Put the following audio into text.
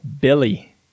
Billy